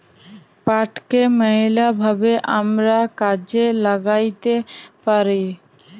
পাটকে ম্যালা ভাবে আমরা কাজে ল্যাগ্যাইতে পারি